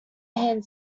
hand